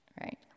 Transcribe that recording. Right